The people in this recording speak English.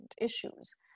issues